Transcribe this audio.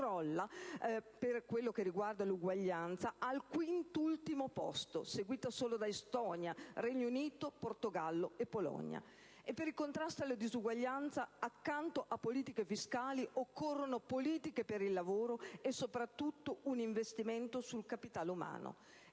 questo parametro, crolla al quint'ultimo posto, seguita solo da Estonia, Regno Unito, Portogallo e Polonia. E per il contrasto alla disuguaglianza, accanto alle politiche fiscali, occorrono politiche per il lavoro e, soprattutto, un investimento sul capitale umano.